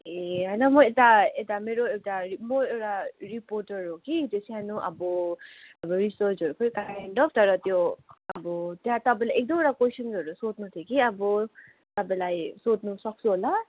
ए होइन म यता यता मेरो एउटा म एउटा रिपोर्टर हो कि त्यो सानो अब रिसर्चहरूकै काइन्डअफ तर त्यो अब त्यहाँ तपाईँलाई एक दुईवटा कोइसनहरू सोध्नु थियो कि अब तपाईँलाई सोध्नु सक्छु होला